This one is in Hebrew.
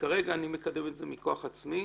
כרגע אני מקדם את זה מכוח עצמי,